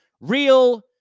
real